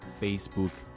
Facebook